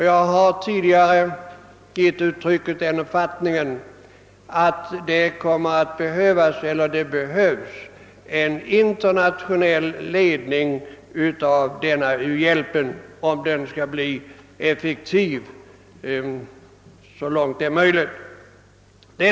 Jag har tidigare givit uttryck åt uppfattningen att det behövs en internationell ledning av u-hjälpen, om denna hjälp skall kunna bli så effektiv som möjligt.